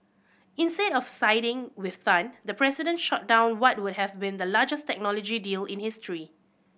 instead of siding with Tan the president shot down what would have been the largest technology deal in history